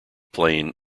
plane